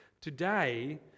Today